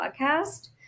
podcast